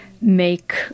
make